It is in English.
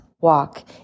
walk